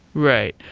right.